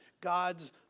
God's